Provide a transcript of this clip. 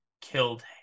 killed